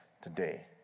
today